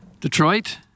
Detroit